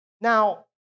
Now